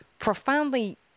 profoundly